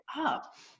up